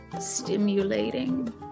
stimulating